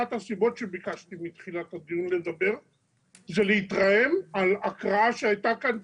אחת הסיבות שביקשתי מתחילת הדיון לדבר זה להתרעם על הקראה שהיתה כאן,